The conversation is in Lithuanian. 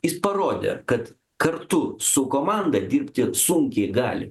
jis parodė kad kartu su komanda dirbti sunkiai gali